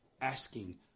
asking